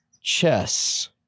chess